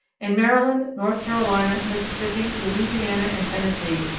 in maryland, north carolina, mississippi, louisiana and tennessee,